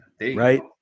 Right